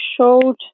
showed